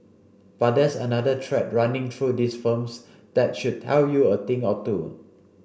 but there's another thread running through these firms that should tell you a thing or two